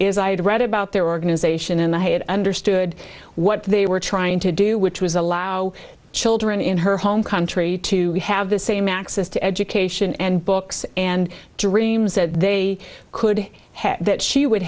is i had read about their organization and i had understood what they were trying to do which was allow children in her home country to have the same access to education and books and dreams that they could have that she would